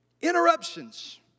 Interruptions